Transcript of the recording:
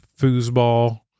foosball